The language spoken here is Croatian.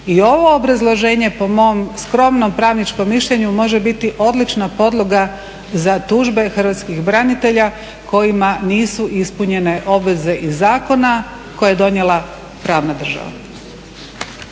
i ovo obrazloženje po mom skromnom pravničkom mišljenju može biti odlična podloga za tužbe hrvatskih branitelja kojima nisu ispunjene obveze iz zakona koje je donijela pravna država.